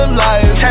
life